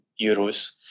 euros